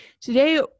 Today